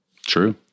True